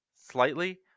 slightly